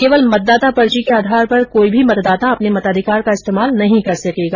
केवल मतदाता पर्ची के आधार पर कोई भी मतदाता अपने मताधिकार का इस्तेमाल नहीं कर सकेगा